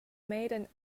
made